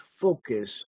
focus